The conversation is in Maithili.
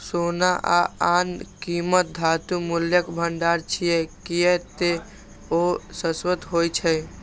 सोना आ आन कीमती धातु मूल्यक भंडार छियै, कियै ते ओ शाश्वत होइ छै